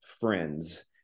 friends